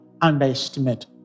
underestimate